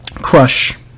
crush